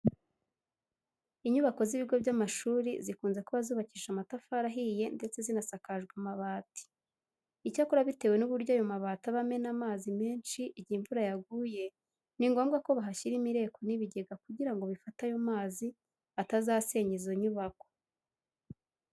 Inyubako z'ibigo by'amashuri zikunze kuba zubakishije amatafari ahiye ndetse zinasakajwe amabati. Icyakora bitewe n'uburyo ayo mabati aba amena amazi menshi igihe imvura yuguye, ni ngombwa ko bahashyira imireko n'ibigega kugira ngo bifate ayo mazi atazasenya izo nyubako.